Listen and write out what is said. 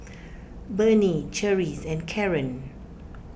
Bernie Charisse and Karren